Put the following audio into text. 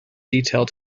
detail